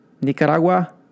Nicaragua